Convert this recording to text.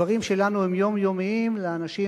דברים שלנו הם יומיומיים, לאנשים